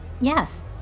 yes